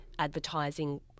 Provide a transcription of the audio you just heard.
Advertising